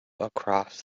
across